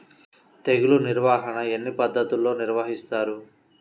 తెగులు నిర్వాహణ ఎన్ని పద్ధతుల్లో నిర్వహిస్తారు?